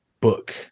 book